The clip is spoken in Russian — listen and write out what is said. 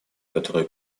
которые